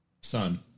Son